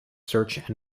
search